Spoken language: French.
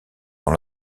dans